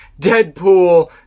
Deadpool